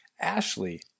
Ashley